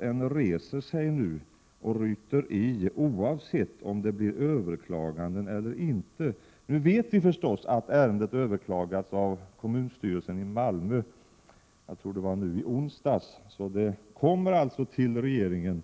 nu reser sig och ryter till, oavsett om det blir överklaganden eller inte. Nu vet vi att ärendet överklagats av kommunstyrelsen i Malmö — jag tror att det skedde nu i onsdags. Ärendet kommer alltså till regeringen.